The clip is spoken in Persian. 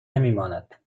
نمیماند